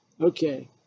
Okay